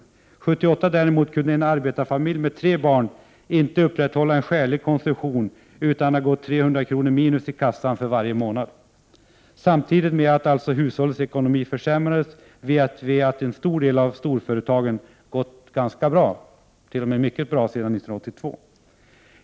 1987 däremot kunde en arbetarfamilj med tre barn inte upprätthålla en skälig konsumtion utan att få 300 kr. minus i kassan varje månad. Samtidigt med att hushållens ekonomi alltså försämrats vet vi att en stor del av storföretagen gått mycket bra sedan 1982.